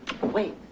Wait